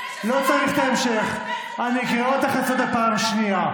עוד לפני ששמעתי, אני קורא אותך לסדר בפעם השנייה.